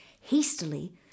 Hastily